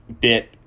bit